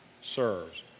serves